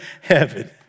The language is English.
heaven